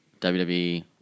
WWE